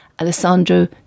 Alessandro